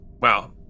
Wow